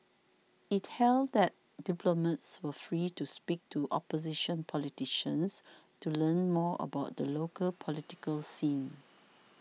it held that diplomats were free to speak to opposition politicians to learn more about the local political scene